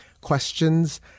questions